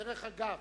דרך אגב,